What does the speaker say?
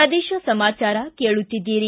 ಪ್ರದೇಶ ಸಮಾಚಾರ ಕೇಳುತ್ತೀದ್ದಿರಿ